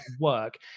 work